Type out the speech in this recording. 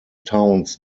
towns